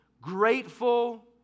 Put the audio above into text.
grateful